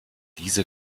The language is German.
diese